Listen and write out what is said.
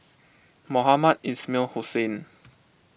Mohamed Ismail Hussain